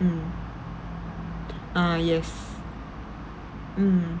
mm ah yes mm